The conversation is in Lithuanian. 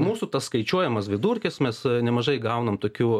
mūsų tas skaičiuojamas vidurkis mes nemažai gaunam tokių